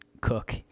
Cook